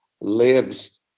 lives